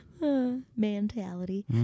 Mentality